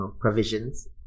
provisions